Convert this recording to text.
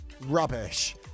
rubbish